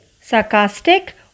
sarcastic